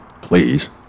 please